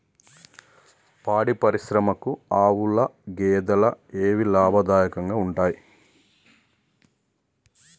పాడి పరిశ్రమకు ఆవుల, గేదెల ఏవి లాభదాయకంగా ఉంటయ్?